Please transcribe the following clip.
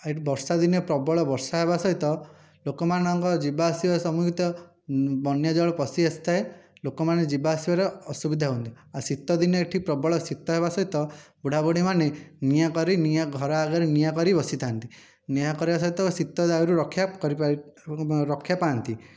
ଆଉ ଏଇଠି ବର୍ଷା ଦିନେ ପ୍ରବଳ ବର୍ଷା ହେବା ସହିତ ଲୋକମାନଙ୍କ ଯିବାଆସିବା ସମୁହିତ ବନ୍ୟା ଜଳ ପଶି ଆସିଥାଏ ଲୋକମାନେ ଯିବା ଆସିବାରେ ଅସୁବିଧା ହୁଅନ୍ତି ଆଉ ଶୀତ ଦିନେ ଏଇଠି ପ୍ରବଳ ଶୀତ ହେବା ସହିତ ବୁଢ଼ା ବୁଢ଼ୀମାନେ ନିଆଁ କରି ନିଆଁ ଘର ଆଗରେ ନିଆଁ କରି ବସିଥାନ୍ତି ନିଆଁ କରିବା ସହିତ ଶୀତ ଦାୟରୁ ରକ୍ଷା କରିପାରି ରକ୍ଷା ପାଆନ୍ତି